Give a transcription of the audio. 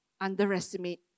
underestimate